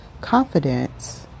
confidence